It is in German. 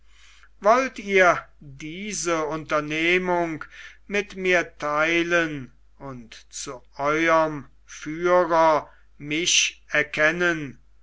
wollt ihr diese unternehmung mit mir theilen und zu eurem führer mich erkennen